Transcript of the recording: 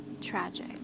Tragic